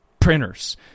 printers